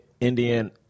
Indian